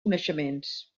coneixements